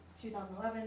2011